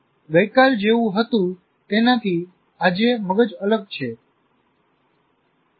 ગઈકાલ જેવું હતું તેનાથી આજે મગજ અલગ છે